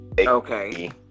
Okay